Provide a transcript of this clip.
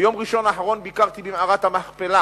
ביום ראשון האחרון ביקרתי במערת המכפלה